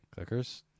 Clickers